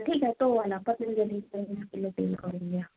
ठीक आहे तो वाला पतंजलीचं वीस किलो तेल करून घ्या